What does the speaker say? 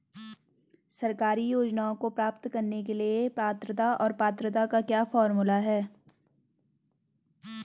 सरकारी योजनाओं को प्राप्त करने के लिए पात्रता और पात्रता का क्या फार्मूला है?